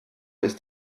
ist